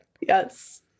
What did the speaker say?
yes